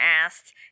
asked